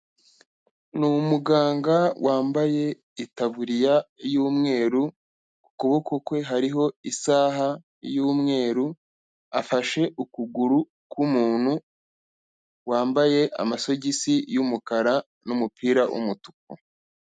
Ni umuganga wambaye itaburiya y'umweru, ku kuboko kwe hariho isaha y'umweru, afashe ukuguru k'umuntu wambaye amasogisi y'umukara n'umupira w'umutuku.